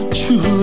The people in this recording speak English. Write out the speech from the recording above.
true